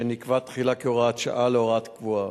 שנקבע תחילה כהוראת שעה, להוראה קבועה.